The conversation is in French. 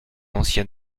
ancien